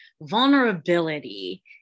vulnerability